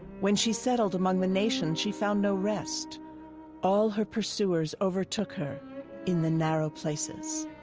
when she settled among the nations, she found no rest all her pursuers overtook her in the narrow places.